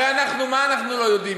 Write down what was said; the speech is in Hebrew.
הרי מה אנחנו לא יודעים?